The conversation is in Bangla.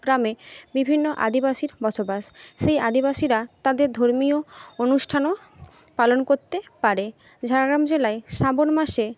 গ্রামে বিভিন্ন আদিবাসীর বসবাস সেই আদিবাসীরা তাদের ধর্মীয় অনুষ্ঠানও পালন করতে পারে ঝাড়গ্রাম জেলায় শ্রাবণ মাসে